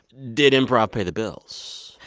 did improv pay the bills?